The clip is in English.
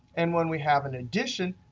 and when we have an addition,